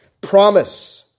promise